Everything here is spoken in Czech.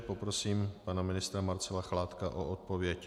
Poprosím pana ministra Marcela Chládka o odpověď.